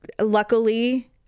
luckily